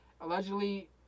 allegedly